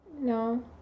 No